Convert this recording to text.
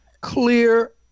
clear